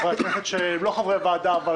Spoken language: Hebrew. כל חברי הוועדה וחברי הכנסת שהם לא חברי ועדה,